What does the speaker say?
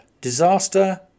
Disaster